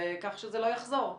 וכך שזה לא יחזור.